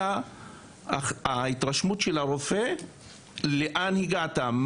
אלא ההתרשמות של הרופא לאן הגעת,